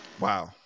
Wow